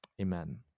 Amen